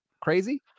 crazy